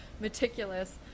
meticulous